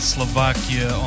Slovakia